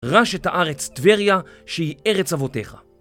רש את הארץ טבריה שהיא ארץ אבותיך